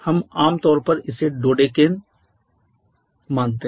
हम आमतौर पर इसे डोडेकेन मानते हैं